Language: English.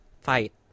fight